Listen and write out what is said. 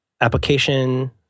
application